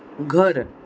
घर